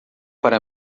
para